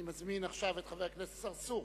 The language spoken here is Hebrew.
אני מזמין עכשיו את חבר הכנסת אברהים צרצור